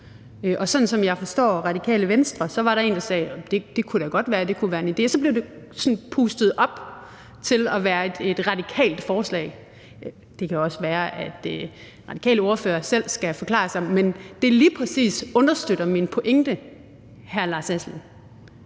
og sådan som jeg forstår Radikale Venstre, var der en, der sagde, at det da godt kunne være, at det kunne være en idé, og så blev det sådan pustet op til at være et radikalt forslag. Det kan også være, at den radikale ordfører selv skal forklare sig, men det understøtter lige præcis min pointe, hr. Lars Aslan